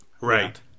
Right